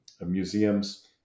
museums